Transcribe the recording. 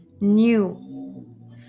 new